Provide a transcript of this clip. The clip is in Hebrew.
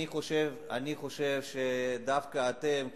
אני חושב שדווקא אתם,